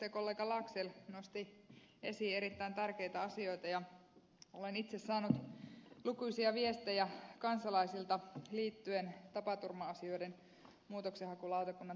edustajakollega laxell nosti esiin erittäin tärkeitä asioita ja olen itse saanut lukuisia viestejä kansalaisilta liittyen tapaturma asioiden muutoksenhakulautakunnan toimintaan